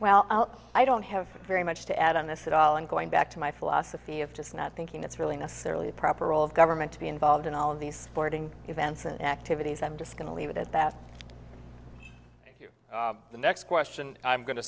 well i don't have very much to add on this at all and going back to my philosophy of just not thinking it's really necessarily a proper role of government to be involved in all of these boarding events and activities i'm just going to leave it at that thank you the next question i'm going to